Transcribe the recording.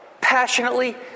passionately